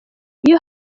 iyo